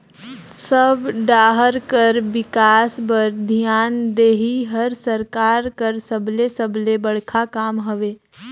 सब डाहर कर बिकास बर धियान देहई हर सरकार कर सबले सबले बड़खा काम हवे